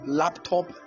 laptop